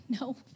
no